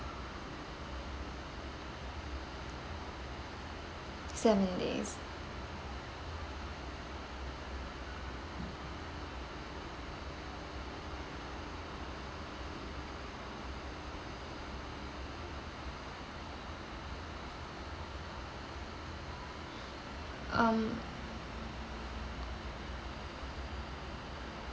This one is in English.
seven days um